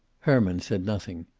herman said nothing.